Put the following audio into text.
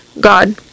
God